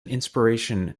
inspiration